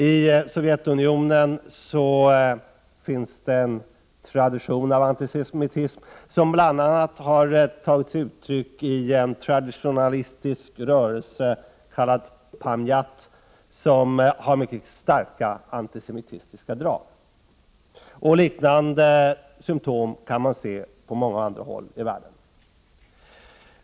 I Sovjetunionen finns det en tradition av antisemitism som bl.a. har tagit sig uttryck i en traditionalistisk rörelse kallad Pamjat som har mycket starka antisemitistiska drag. Liknande symptom kan man se på många andra håll i världen.